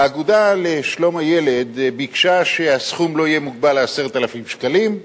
האגודה לשלום הילד ביקשה שהסכום לא יהיה מוגבל ל-10,000 שקלים.